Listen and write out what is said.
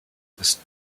ist